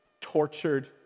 tortured